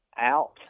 out